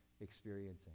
experiencing